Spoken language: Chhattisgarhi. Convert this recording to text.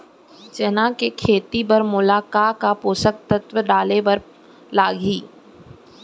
चना के खेती बर मोला का का पोसक तत्व डाले बर लागही?